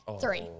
Three